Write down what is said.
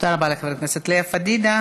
תודה רבה לחברת הכנסת לאה פדידה.